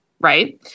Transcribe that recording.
right